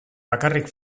bakarrik